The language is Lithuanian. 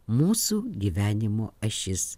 mūsų gyvenimo ašis